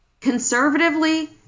conservatively